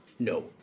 No